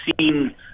seen